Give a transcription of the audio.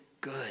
good